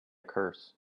curse